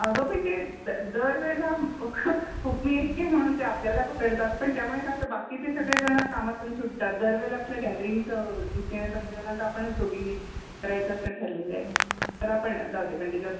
अगं पण ते द दरवेळेला हुकुमी एक्के म्हणून त्या आपल्याला पकडतात पण त्यामुळे काय होतं बाकीचे सगळे जण कामातून सुटतात दरवेळेला आपल्या गॅदरिंगचं स्नेहसंमेलनाचं आपणच दोघींनी करायचं असं ठरलेलं आहे तर आपण जाऊ दे पण त्याच्यात